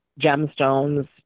gemstones